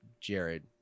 Jared